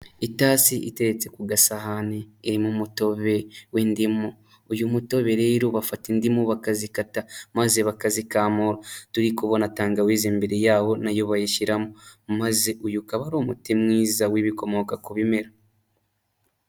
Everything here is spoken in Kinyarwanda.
Itasi iteretse ku gasahani irimo umutobe w'indimu, uyu mutobe rero bafata indimu bakazikata maze bakazikamura, turi kubona tangawizi imbere yaho nayo bayishyiramo, maze uyu ukaba ari umuti mwiza w'ibikomoka ku bimera.